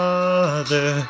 Father